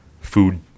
food